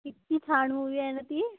कित्ती छान मूवी आहे न ती